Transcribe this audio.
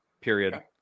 period